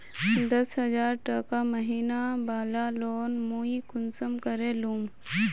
दस हजार टका महीना बला लोन मुई कुंसम करे लूम?